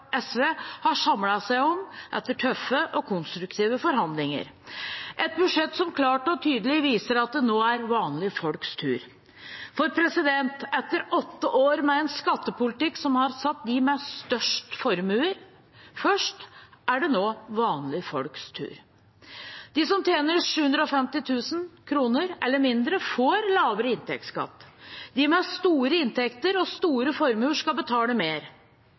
seg om etter tøffe og konstruktive forhandlinger, et budsjett som klart og tydelig viser at det nå er vanlige folks tur. Etter åtte år med en skattepolitikk som har satt dem med størst formuer først, er det nå vanlige folks tur. De som tjener 750 000 kr eller mindre, får lavere inntektsskatt. De med store inntekter og store formuer skal betale mer.